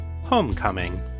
Homecoming